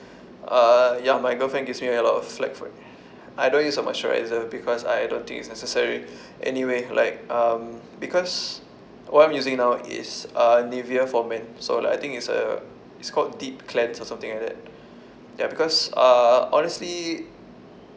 uh ya my girlfriend gives me a lot of flak for it I don't use a moisturiser because I don't think it's necessary anyway like um because what I'm using now is a Nivea for men so like I think it's a it's called deep cleanse or something like that ya because uh honestly